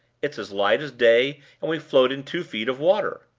it's as light as day, and we float in two feet of water.